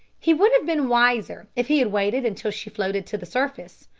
he would have been wiser if he had waited until she floated to the surface,